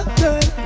girl